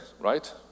right